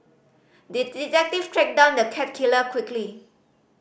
the detective tracked down the cat killer quickly